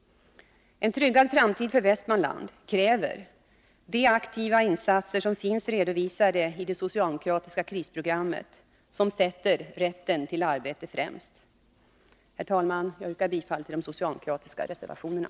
En tryggad framtid för Västmanland kräver de aktiva insatser som finns redovisade i det socialdemokratiska krisprogrammet, som sätter rätten till arbete främst. Herr talman! Jag yrkar bifall till de socialdemokratiska reservationerna.